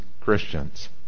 Christians